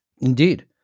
Indeed